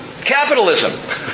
Capitalism